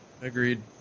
agreed